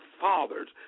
fathers